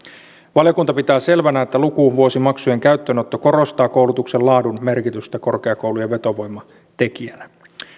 valiokunta pitää selvänä että lukuvuosimaksujen käyttöönotto korostaa koulutuksen laadun merkitystä korkeakoulujen vetovoimatekijänä